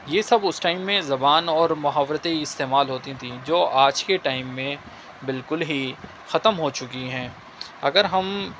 یہ سب اس ٹائم میں زبان اور محاورتیں استعمال ہوتی تھیں جو آج کے ٹائم میں بالکل ہی ختم ہو چکی ہیں اگر ہم